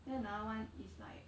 then another [one] is like